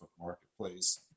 Marketplace